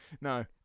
No